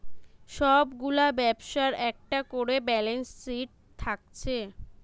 সব গুলা ব্যবসার একটা কোরে ব্যালান্স শিট থাকছে